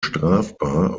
strafbar